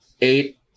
eight